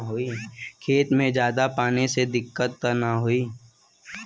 खेत में ज्यादा पानी से दिक्कत त नाही होई?